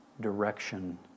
direction